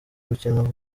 gukinwa